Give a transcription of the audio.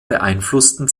beeinflussten